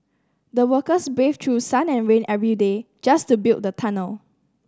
the workers braved through sun and rain every day just to build the tunnel